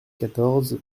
quatorze